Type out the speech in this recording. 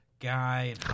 guy